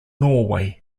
norway